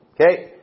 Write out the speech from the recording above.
Okay